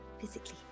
physically